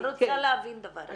אני יכולה להבין דבר אחד,